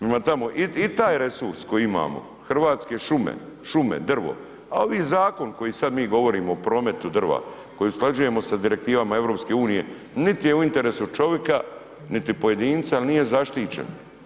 Prema tome, i taj resurs koje imamo hrvatske šume, šume, drvo, a ovi zakon koji mi sada govorimo o prometu drva, koji usklađujemo sa direktivama EU niti je u interesu čovjeka, niti pojedinca jel nije zaštićen.